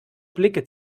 blicke